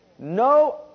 No